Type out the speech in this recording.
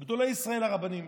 אלא גדולי ישראל, הרבנים,